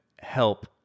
help